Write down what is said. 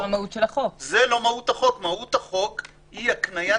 מהות החוק היא הקניית